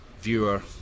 viewer